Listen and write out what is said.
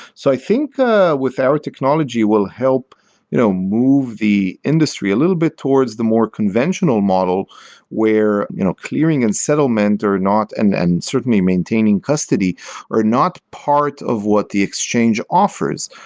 so i think with our technology we'll help you know move the industry a little bit towards the more conventional model where you know clearing and settlement are not, and and certainly maintaining custody are not part of what the exchange offers.